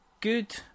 good